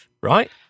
right